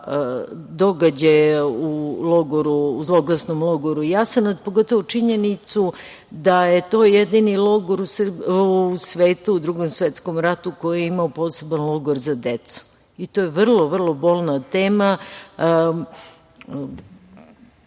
događaje u zloglasnom logoru Jasenovac, pogotovo činjenicu da je to jedini logor u svetu, u Drugom svetskom ratu koji je imao posebni logor za decu. To je vrlo bolna tema.